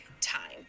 time